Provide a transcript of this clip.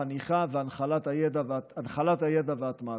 חניכה והנחלת הידע והטמעתו.